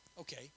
Okay